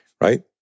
right